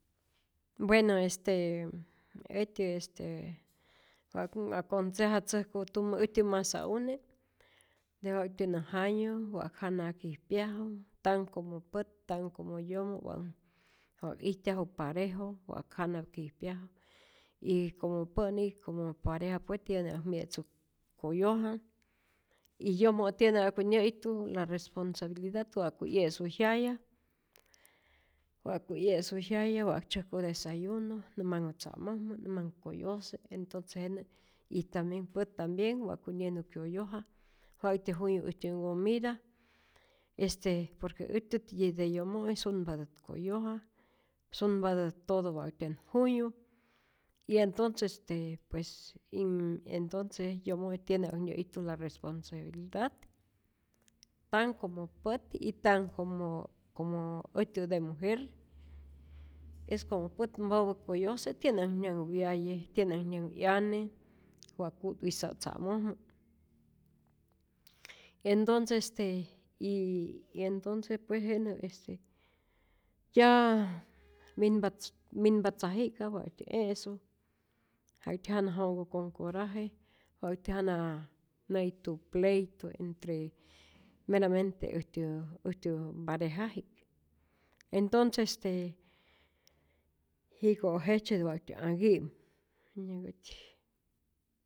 Bueno este äjtyä este wa'kun aconsejatzäjku tumä äjtyä masa'une, wa'tyä näjayu wa'k jana kijpyaju tan como pät tan como yomo, wa wa ijtyaju parejo, wak jana kijpyaju y como pä'ni como pareja pues tiene wa mye'tzu koyoja y yomo' tiene wa'ku nyä'ijtu la responsabilidad que wa'ku 'yesu jyaya, wa'ku 'yesu jyaya, wa tzäjku desayuno, nä manhu tzä'mojmä, nä manh koyose entonce jenä y tambien pät, tambien wa'ku nyenu kyoyoja, wa'ktyä juyu äjtyä ncomita, este por que äjtyä desde yomo'i sunpatät koyoja, sunpatät todo wa'tyän juyu y entonce este pues, nn- entonce yomo'i tiene wak nyä'ijtu la responsabilidad, tan como pät y tan como äjtyä de mujer, es como pät mapä koyose, tiene wa' nyanhu wyaye, tiene wa nyanhu 'yane wa ku'twisa'u tza'mojmä, endonces este y y entonce pues jenä, sea minpa minpa tzaji'ka'p wa'tyä e'su, wa'tyä jana jo'nhku con coraje, wa'ktya jana pleitu pleitu entre meramente äjtyä äjtyä mparejaji'k, entonce este jiko' jejtzye de wa'tyä anhki'mu, jenyanhkätyi.